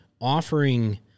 offering